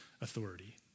authority